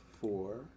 four